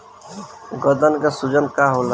गदन के सूजन का होला?